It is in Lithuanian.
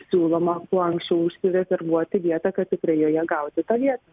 siūloma kuo anksčiau ušsirezervuoti vietą kad tikrai joje gauti tą vietą